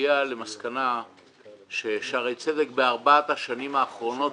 הגיע למסקנה ששערי צדק בארבעת השנים האחרונות,